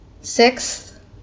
Sixth